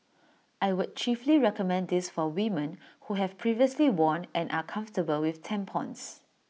I would chiefly recommend this for women who have previously worn and are comfortable with tampons